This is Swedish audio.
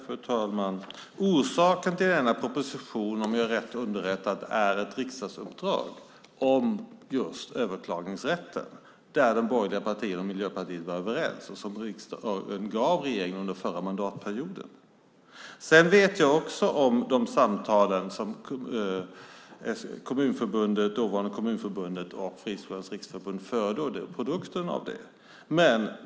Fru talman! Orsaken till propositionen är, om jag är rätt underrättad, ett riksdagsuppdrag om just överklagningsrätten, där de borgerliga partierna och Miljöpartiet var överens och som riksdagen gav regeringen under förra mandatperioden. Jag känner också till de samtal som dåvarande Kommunförbundet och Friskolornas riksförbund förde och vad som blev produkten av dem.